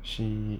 she